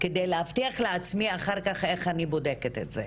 כדי להבטיח לעצמי אחר כך איך אני בודקת את זה.